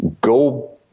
go